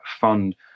fund